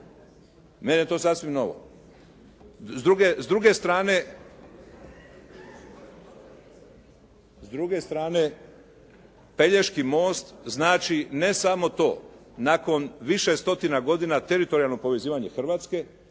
Meni je to sasvim novo. S druge strane Pelješki most znači ne samo to, nakon više stotina godina teritorijalnog povezivanja Hrvatske